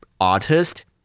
artist